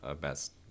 best